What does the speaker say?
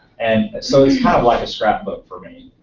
and so it's kind of like a scrapbook for me.